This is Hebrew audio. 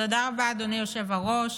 תודה רבה, אדוני היושב-ראש.